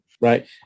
Right